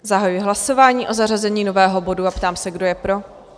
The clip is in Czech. Zahajuji hlasování o zařazení nového bodu a ptám se, kdo je pro?